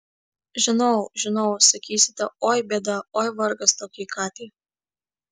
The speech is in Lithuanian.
žinau žinau sakysite oi bėda oi vargas tokiai katei